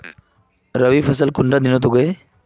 रवि फसल कुंडा दिनोत उगैहे?